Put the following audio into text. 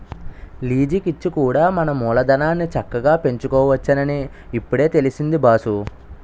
లీజికిచ్చి కూడా మన మూలధనాన్ని చక్కగా పెంచుకోవచ్చునని ఇప్పుడే తెలిసింది బాసూ